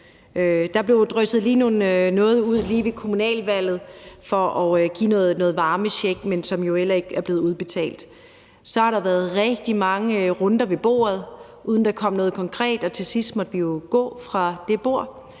Der blev drysset noget ud lige ved kommunalvalget i form af en varmecheck, som jo heller ikke er blevet udbetalt endnu. Så har der været rigtig mange runder ved bordet, uden at der kom noget konkret ud af det, og til sidst måtte vi jo gå fra det bord,